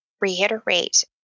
reiterate